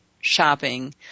shopping